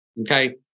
okay